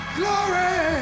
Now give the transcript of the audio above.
glory